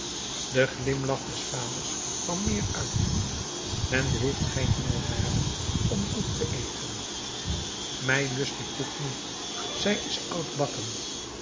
de glimlach des vaders kwam meer uit men behoeft geen honger te hebben om koek te eten mij lust die koek niet ze is oudbakken